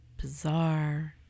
bizarre